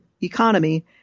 economy